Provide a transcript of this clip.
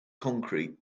concrete